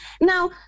Now